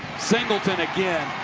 singleton again.